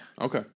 Okay